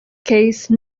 case